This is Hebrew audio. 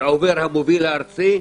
ועובר המוביל הארצי,